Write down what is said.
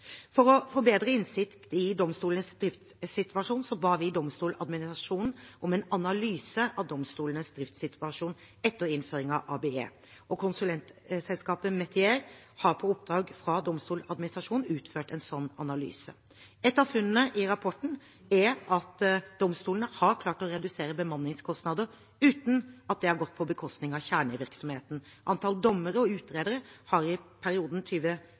For å få bedre innsikt i domstolenes driftssituasjon ba vi Domstoladministrasjonen om en analyse av domstolenes driftssituasjon etter innføring av ABE-reformen. Konsulentselskapet Metier har på oppdrag fra Domstoladministrasjonen utført en slik analyse. Ett av funnene i rapporten er at domstolene har klart å redusere bemanningskostnader uten at det har gått på bekostning av kjernevirksomheten. Antall dommere og utredere har i perioden